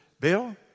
Bill